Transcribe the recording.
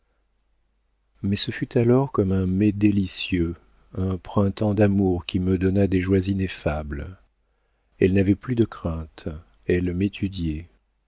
mais ce fut alors comme un mai délicieux un printemps d'amour qui me donna des joies ineffables elle n'avait plus de craintes elle m'étudiait